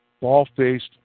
ball-faced